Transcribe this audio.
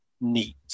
neat